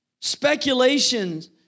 speculations